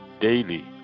daily